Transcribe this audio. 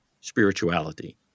spirituality